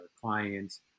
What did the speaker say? clients